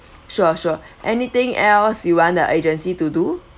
sure sure anything else you want the agency to do